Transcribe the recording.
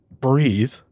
breathe